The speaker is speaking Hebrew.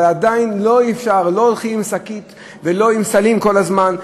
אבל עדיין לא הולכים עם שקית ולא עם סלים כל הזמן,